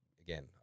Again